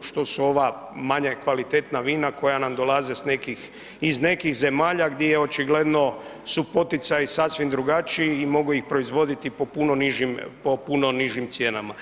što su ova manje kvalitetna vina koja nam dolaze sa nekih, iz nekih zemalja gdje očigledno su poticaji sasvim drugačiji i mogu ih proizvoditi po puno nižim cijenama.